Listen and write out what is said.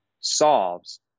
solves